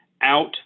out